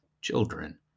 children